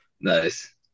Nice